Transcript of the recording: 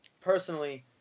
personally